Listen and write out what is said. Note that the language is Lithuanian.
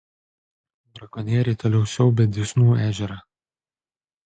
brakonieriai toliau siaubia dysnų ežerą